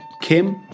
kim